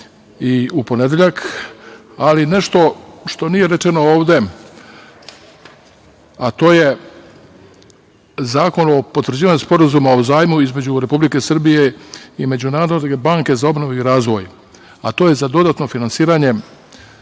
i u ponedeljak. Ali, nešto što nije rečeno ovde, a to je Zakon o potvrđivanju Sporazuma o zajmu između Republike Srbije i Međunarodne banke za obnovu i razvoj, za dodatno finansiranje